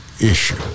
issue